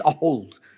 old